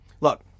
Look